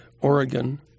Oregon